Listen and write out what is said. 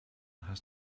hast